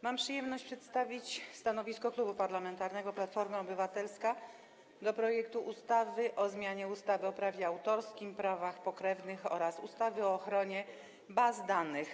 Mam przyjemność przedstawić stanowisko Klubu Parlamentarnego Platforma Obywatelska wobec projektu ustawy o zmianie ustawy o prawie autorskim i prawach pokrewnych oraz ustawy o ochronie baz danych.